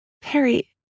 Perry